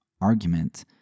argument